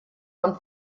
von